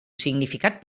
significat